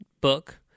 book